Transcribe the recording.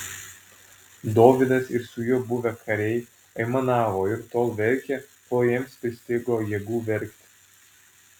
dovydas ir su juo buvę kariai aimanavo ir tol verkė kol jiems pristigo jėgų verkti